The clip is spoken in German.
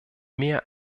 mehr